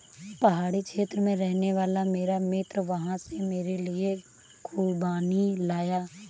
पहाड़ी क्षेत्र में रहने वाला मेरा मित्र वहां से मेरे लिए खूबानी लाया